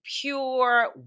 pure